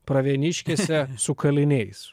pravieniškėse su kaliniais